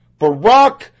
Barack